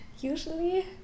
Usually